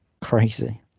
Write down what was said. crazy